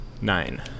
Nine